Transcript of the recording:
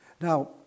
Now